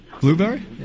Blueberry